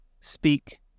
speak